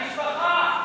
למשפחה.